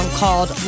called